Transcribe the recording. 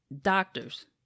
doctors